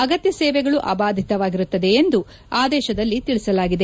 ಅಗತ್ಯ ಸೇವೆಗಳು ಅಬಾಧಿತವಾಗಿರುತ್ತವೆ ಎಂದು ಆದೇಶದಲ್ಲಿ ತಿಳಿಸಲಾಗಿದೆ